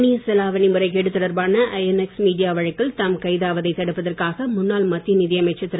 அந்நிய செலாவணி முறைகேடு தொடர்பான ஐஎன்எஸ் மீடியா வழக்கில் தாம் கைதாவதை தடுப்பதற்காக முன்னாள் மத்திய நிதி அமைச்சர் திரு